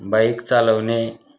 bike चालवणे